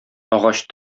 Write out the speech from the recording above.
агач